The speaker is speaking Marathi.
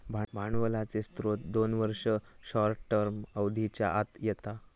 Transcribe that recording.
भांडवलीचे स्त्रोत दोन वर्ष, शॉर्ट टर्म अवधीच्या आत येता